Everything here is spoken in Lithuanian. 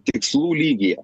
tikslų lygyje